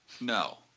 no